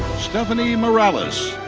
stephanie morales.